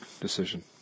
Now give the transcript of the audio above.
decision